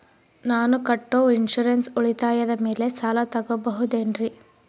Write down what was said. ನಾನು ಕಟ್ಟೊ ಇನ್ಸೂರೆನ್ಸ್ ಉಳಿತಾಯದ ಮೇಲೆ ಸಾಲ ತಗೋಬಹುದೇನ್ರಿ?